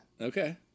okay